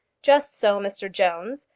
just so, mr jones.